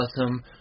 awesome